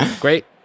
Great